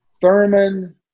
Thurman